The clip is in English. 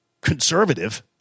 conservative